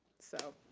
so,